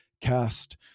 cast